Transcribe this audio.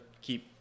keep